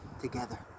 together